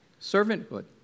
Servanthood